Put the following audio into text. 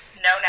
No